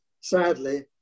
sadly